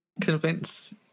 convince